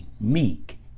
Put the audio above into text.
meek